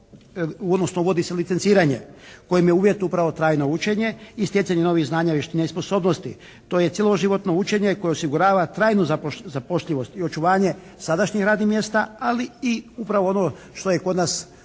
odnosno vodi se licenciranje kojem je uvjet upravo trajno učenje i stjecanje novih znanja, vještina i sposobnosti. To je cijeloživotno učenje koje osigurava trajno zapošljivost i očuvanje sadašnjih radnih mjesta, ali i upravo ono što je kod nas